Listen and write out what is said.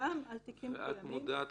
גם על תיקים קיימים --- מה את עושה